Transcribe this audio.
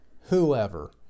whoever